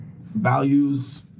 values